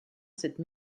cette